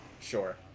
Sure